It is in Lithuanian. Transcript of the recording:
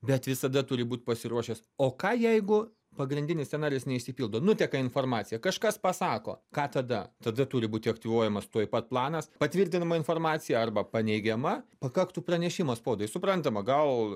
bet visada turi būt pasiruošęs o ką jeigu pagrindinis scenarijus neišsipildo nuteka informacija kažkas pasako ką tada tada turi būti aktyvuojamas tuoj pat planas patvirtinama informacija arba paneigiama pakaktų pranešimo spaudai suprantama gal